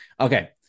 Okay